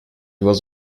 was